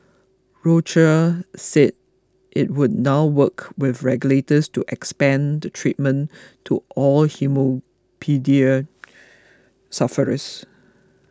Roche said it would now work with regulators to expand the treatment to all haemophilia sufferers